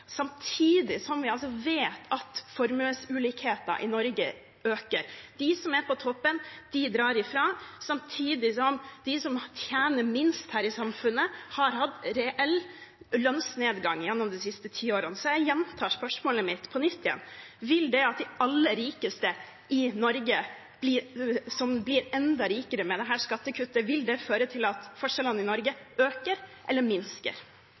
samtidig som vi vet at formuesulikheten i Norge øker. De som er på toppen, drar ifra, samtidig som de som tjener minst her i samfunnet, har hatt reell lønnsnedgang gjennom de siste tiårene. Så jeg gjentar spørsmålet mitt: Vil det at de aller rikeste i Norge blir enda rikere med dette skattekuttet, føre til at forskjellene øker eller minsker?